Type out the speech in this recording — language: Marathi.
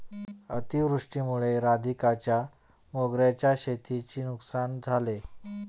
अतिवृष्टीमुळे राधिकाच्या मोगऱ्याच्या शेतीची नुकसान झाले